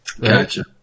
Gotcha